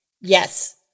Yes